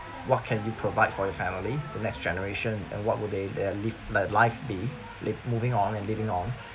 what can you provide for your family the next generation and what would they their live li~ life be live moving on and living on